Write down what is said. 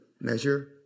measure